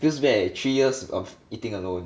feels bad leh three years of eating alone